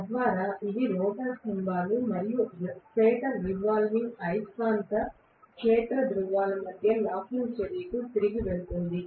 తద్వారా ఇది రోటర్ స్తంభాలు మరియు స్టేటర్ రివాల్వింగ్ అయస్కాంత క్షేత్ర ధ్రువాల మధ్య లాకింగ్ చర్యకు తిరిగి వెళుతుంది